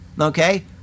Okay